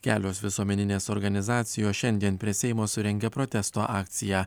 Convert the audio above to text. kelios visuomeninės organizacijos šiandien prie seimo surengė protesto akciją